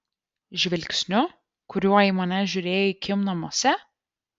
žvilgsniu kuriuo į mane žiūrėjai kim namuose